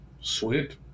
Sweet